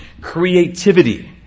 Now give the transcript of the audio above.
creativity